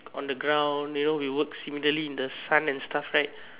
on the ground you know we work similarly in the sun and stuff right